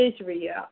Israel